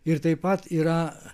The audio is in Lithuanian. ir taip pat yra